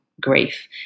grief